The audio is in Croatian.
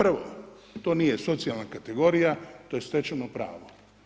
Prvo, to nije socijalna kategorija, to je stečeno pravo.